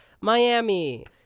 Miami